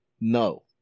No